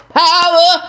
power